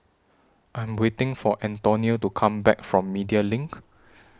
I Am waiting For Antonio to Come Back from Media LINK